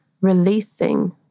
releasing